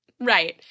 Right